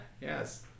Yes